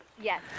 Yes